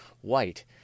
White